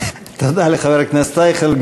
תודה לחבר הכנסת אייכלר.